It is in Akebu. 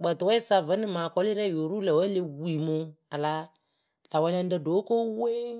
kpǝǝtʊwɛɛwǝ sa vǝ́ nɨŋ mɨŋ akɔlɩyǝ rɛ yo ru lǝ̈ wǝ́ e le wii mɨ wɨ a láa lä wɛlɛŋrǝ ɖóo ko weŋ.